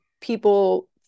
people